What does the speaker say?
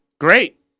Great